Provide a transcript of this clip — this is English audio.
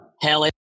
Hell